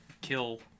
kill